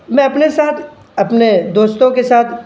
میں اپنے ساتھ اپنے دوستوں کے ساتھ